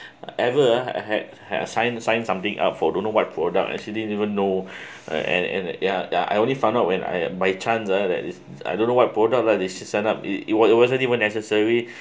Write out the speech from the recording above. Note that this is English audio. whatever I had had a sign sign something up for don't know what product actually didn't even know uh and and ya ya I only found out when I by chance uh that is I don't know what product lah they should sign up it it wasn't even necessary